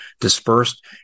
dispersed